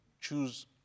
choose